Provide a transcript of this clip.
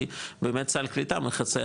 כי באמת סל קליטה מכסה,